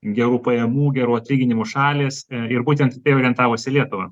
gerų pajamų gerų atlyginimų šalys ir būtent į tai orientavosi lietuva